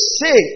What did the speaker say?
say